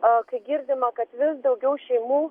a kai girdima kad vis daugiau šeimų